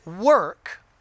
work